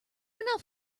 enough